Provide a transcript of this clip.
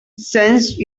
sensed